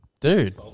Dude